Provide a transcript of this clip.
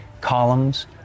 columns